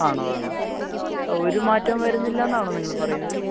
ആണോ ആണോ ഒരുമാറ്റവും വരുന്നില്ല എന്നാണോ നിങ്ങൾ പറയുന്നത്